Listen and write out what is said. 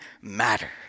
matter